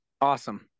Awesome